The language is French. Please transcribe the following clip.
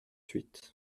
huit